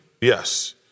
Yes